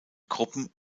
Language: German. gruppen